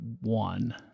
one